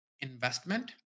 investment